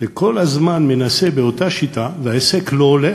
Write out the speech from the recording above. וכל הזמן מנסה באותה שיטה והעסק לא הולך,